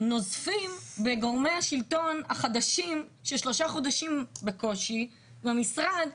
נוזפים בגורמי השלטון החדשים ששלושה חודשים בקושי במשרד,